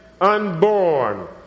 unborn